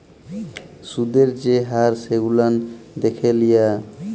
সুদের যে হার সেগুলান দ্যাখে লিয়া